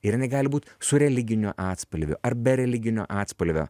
ir jinai gali būt su religiniu atspalviu ar be religinio atspalvio